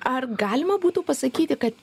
ar galima būtų pasakyti kad